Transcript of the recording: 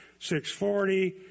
640